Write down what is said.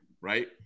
right